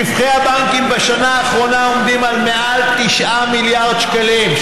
רווחי הבנקים בשנה האחרונה עומדים על מעל 9 מיליארד שקלים.